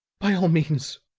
by all means,